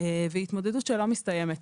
והיא התמודדות שלא מסתיימת.